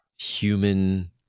human